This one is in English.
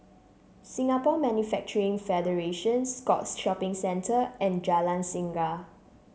Singapore Manufacturing Federation Scotts Shopping Centre and Jalan Singa